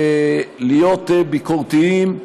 להיות ביקורתיים,